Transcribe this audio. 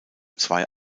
zwei